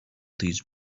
these